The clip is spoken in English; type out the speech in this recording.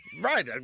Right